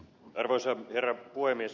arvoisa herra puhemies